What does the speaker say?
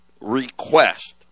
request